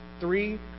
three